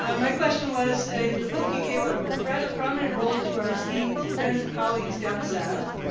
um my question was, in the book, you gave a rather prominent role to our esteemed friends and colleagues down south.